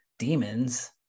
Demons